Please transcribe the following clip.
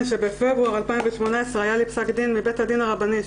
שבפברואר 2018 היה לי פסק דין מבית הדין הרבני,